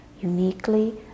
uniquely